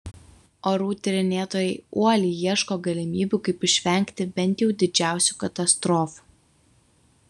orų tyrinėtojai uoliai ieško galimybių kaip išvengti bent jau didžiausių katastrofų